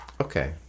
okay